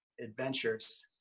adventures